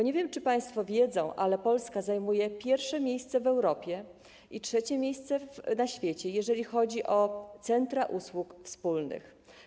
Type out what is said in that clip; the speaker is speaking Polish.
Nie wiem, czy państwo wiedzą, ale Polska zajmuje pierwsze miejsce w Europie i trzecie miejsce na świecie, jeżeli chodzi o centra usług wspólnych.